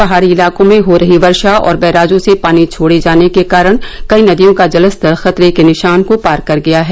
पहाड़ी इलाकों में हो रही वर्षा और बैराजों से पानी छोड़े जाने के कारण कई नदियों का जलस्तर खतरे के निशान को पार कर गया है